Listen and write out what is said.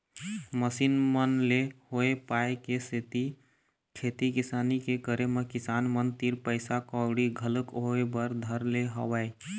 machine मन ले होय पाय के सेती खेती किसानी के करे म किसान मन तीर पइसा कउड़ी घलोक होय बर धर ले हवय